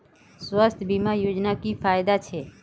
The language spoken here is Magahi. स्वास्थ्य बीमा से की की फायदा छे?